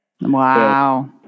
wow